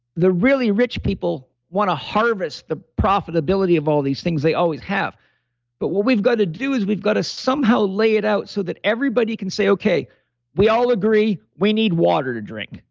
the really rich people want to harvest the profitability of all these things they always have but what we've got to do is we've got to somehow lay it out so that everybody can say, okay we all agree. we need water to drink.